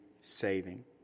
saving